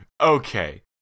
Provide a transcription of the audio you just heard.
Okay